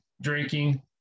drinking